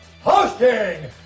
Hosting